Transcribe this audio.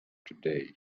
today